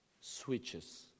switches